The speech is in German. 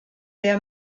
der